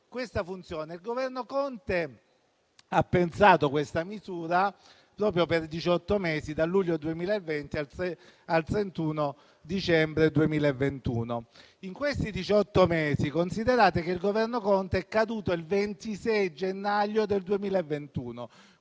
il Governo Conte ha pensato questa misura proprio per diciotto mesi, dal luglio 2020 al 31 dicembre 2021. Considerate che il Governo Conte è caduto il 26 gennaio 2021;